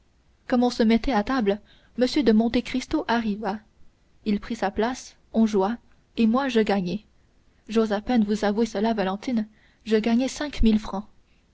comme on se mettait à table m de monte cristo arriva il prit sa place on joua et moi je gagnai j'ose à peine vous avouer cela valentine je gagnai cinq mille francs